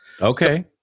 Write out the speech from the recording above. Okay